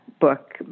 book